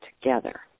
together